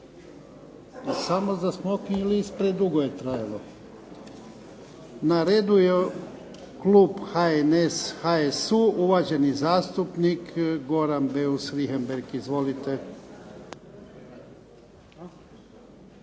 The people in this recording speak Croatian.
Samo za smokvin list dugo je trajalo. Na redu je klub HNS, HSU, uvaženi zastupnik Goran Beus Richembergh. Izvolite.